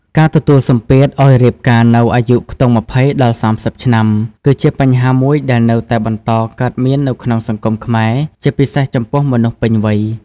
ការទទួលសម្ពាធឲ្យរៀបការនៅអាយុខ្ទង់ ២០ ដល់ ៣០ ឆ្នាំ គឺជាបញ្ហាមួយដែលនៅតែបន្តកើតមាននៅក្នុងសង្គមខ្មែរ ជាពិសេសចំពោះមនុស្សពេញវ័យ។